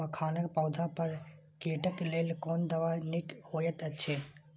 मखानक पौधा पर कीटक लेल कोन दवा निक होयत अछि?